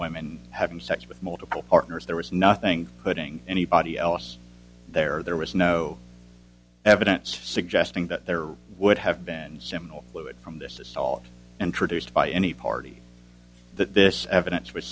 women having sex with multiple partners there was nothing putting anybody else there there was no evidence suggesting that there would have been simple fluid from this assault introduced by any party that this evidence was